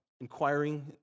inquiring